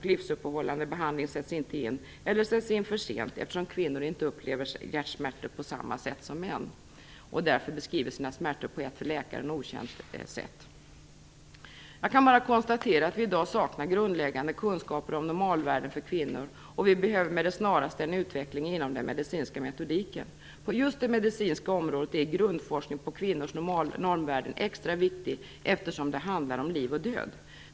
Livsuppehållande behandling sätts inte in eller sätts in för sent, eftersom kvinnor inte upplever hjärtsmärtor på samma sätt som män och därför beskriver sina smärtor på ett för läkaren okänt sätt. Jag kan bara konstatera att vi dag saknar grundläggande kunskaper om normalvärden för kvinnor, och vi behöver med det snaraste en utveckling inom den medicinska metodiken. På just det medicinska området är grundforskning på kvinnors normvärden extra viktig, eftersom det handlar om liv och död.